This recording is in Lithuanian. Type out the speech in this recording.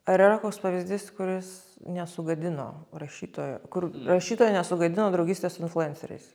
ar yra koks pavyzdys kuris nesugadino rašytojo kur rašytojo nesugadino draugystė su influenceriais